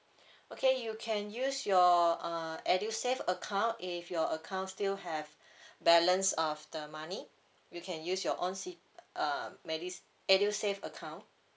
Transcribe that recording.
okay you can use your uh edusave account if your account still have balance of the money you can use your own c~ uh medi~ edusave account